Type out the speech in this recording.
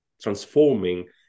transforming